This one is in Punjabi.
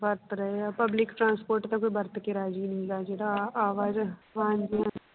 ਵਰਤ ਰਹੇ ਆ ਪਬਲਿਕ ਟਰਾਂਸਪੋਟ ਤਾਂ ਕੋਈ ਵਰਤ ਕੇ ਰਾਜ਼ੀ ਨਹੀਂ ਹੈਗਾ ਜਿਹੜਾ ਆ ਆਵਾਜ਼ਾਂ ਹਾਂਜੀ ਹਾਂਜੀ